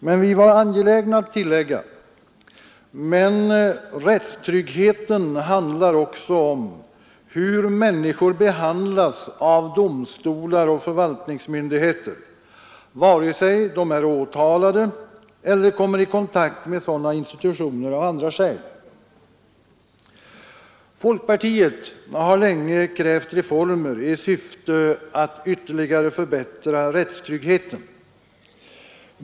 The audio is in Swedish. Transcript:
Men vi var angelägna att tillägga: ”Men rättstryggheten handlar också om hur människor behandlas av domstolar och förvaltningsmyndigheter, vare sig de är åtalade eller kommer i kontakt med sådana institutioner av andra skäl.” Folkpartiet har länge krävt reformer i syfte att ytterligare förbättra rättstryggheten.